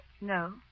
No